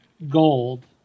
Gold